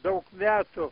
daug metų